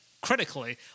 critically